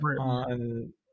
on